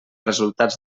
resultats